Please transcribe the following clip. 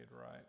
right